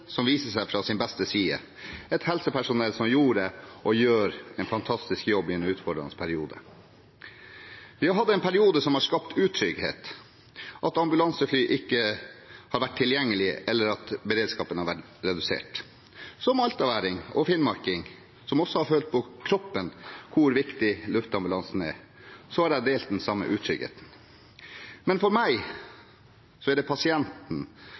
som viser seg fra sin beste side, helsepersonell som gjorde og gjør en fantastisk jobb i en utfordrende periode. Vi har hatt en periode som har skapt utrygghet, at ambulansefly ikke har vært tilgjengelige, eller at beredskapen har vært redusert. Som altaværing og finnmarking, som også har følt på kroppen hvor viktig luftambulansen er, har jeg delt den samme utryggheten. Men